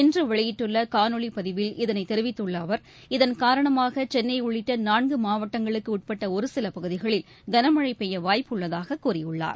இன்றுவெளியிட்டுள்ளகாணொலிபதிவில் இதனைத் தெரிவித்துள்ள அவர் இதன் காரணமாகசென்னைஉள்ளிட்டநான்குமாவட்டங்களுக்குஉட்பட்டஒருசிலபகுதிகளில் கனமழைபெய்யவாய்ப்பு உள்ளதாகக் கூறியுள்ளார்